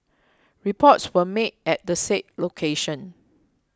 reports were made at the said location